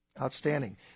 Outstanding